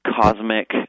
cosmic